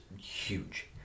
huge